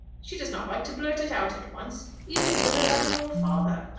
she does not like to blurt it out at once, even to her loving old father.